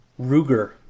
Ruger